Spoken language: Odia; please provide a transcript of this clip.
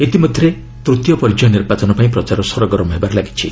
ଇତିମଧ୍ୟରେ ତୃତୀୟ ପଯ୍ୟାୟ ନିର୍ବାଚନ ପାଇଁ ପ୍ରଚାର ସରଗରମ ହେବାରେ ଲାଗିଛି